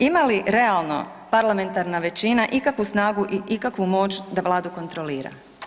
Ima li realno parlamentarna većina ikakvu snagu i ikakvu moć da vladu kontrolira?